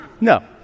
No